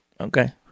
Okay